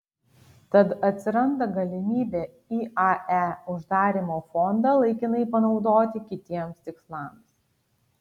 tad atsiranda galimybė iae uždarymo fondą laikinai panaudoti kitiems tikslams